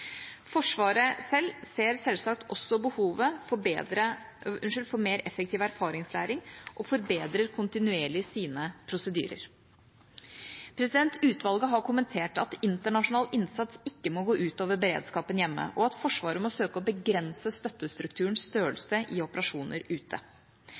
Forsvaret selv ser selvsagt også behovet for mer effektiv erfaringslæring og forbedrer kontinuerlig sine prosedyrer. Utvalget har kommentert at internasjonal innsats ikke må gå ut over beredskapen hjemme, og at Forsvaret må søke å begrense støttestrukturens